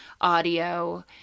audio